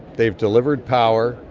they have delivered power,